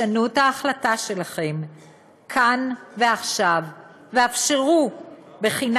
שנו את ההחלטה שלכם כאן ועכשיו ואפשרו בחינה